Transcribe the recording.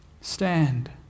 stand